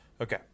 Okay